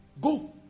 Go